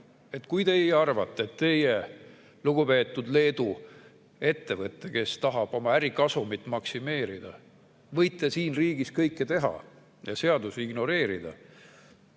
Kui teie arvate, et teie, lugupeetud Leedu ettevõte, kes tahab oma ärikasumit maksimeerida, võite siin riigis kõike teha ja seadusi ignoreerida,